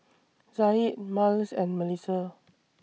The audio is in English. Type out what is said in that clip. Zaid Myles and Melisa